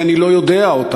כי אני לא יודע אותם,